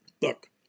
look